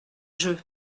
jeu